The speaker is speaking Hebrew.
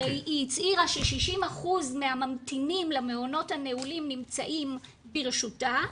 הרי היא הצהירה ש-60% מהממתינים למעונות הנעולים נמצאים ברשותה,